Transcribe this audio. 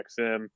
XM